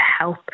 help